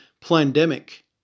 pandemic